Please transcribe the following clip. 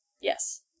Yes